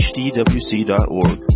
hdwc.org